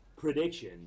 prediction